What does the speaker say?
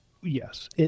Yes